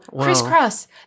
Crisscross